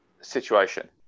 situation